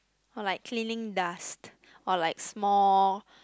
or like cleaning dust or like small